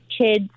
kids